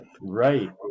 right